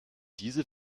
diese